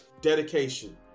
dedication